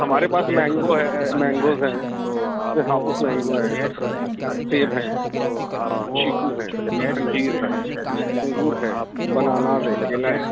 ہمارے پاس مینگو ہے مینگوز ہیں یہ ہاپس مینگو ہیں سیب ہیں اور چیکو ہیں انجیر ہے انگور ہے بناناز ہیں کیلا ہے